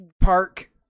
park